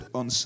on